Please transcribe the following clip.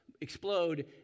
explode